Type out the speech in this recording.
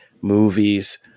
movies